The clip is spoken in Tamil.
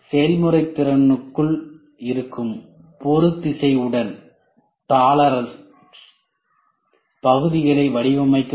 செயல்முறை திறனுக்குள் இருக்கும் பொறுத்திசைவுடன் பகுதிகளை வடிவமைக்கவும்